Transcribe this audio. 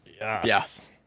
Yes